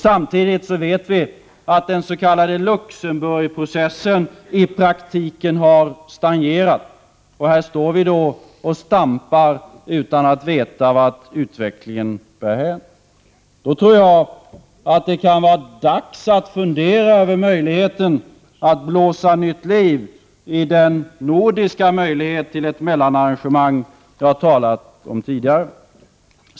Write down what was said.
Samtidigt vet vi att den s.k. Luxemburgprocessen i praktiken har stagnerat. Här står vi då och stampar utan att veta vart utvecklingen bär hän. Då tror jag att det kan vara dags att fundera över att blåsa nytt liv i den nordiska möjlighet till ett mellanarrangemang som jag har talat om tidigare.